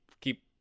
keep